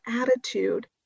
attitude